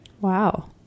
Wow